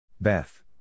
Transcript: Beth